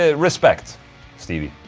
ah respect stevie.